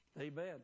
Amen